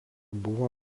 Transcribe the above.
buvo